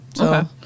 Okay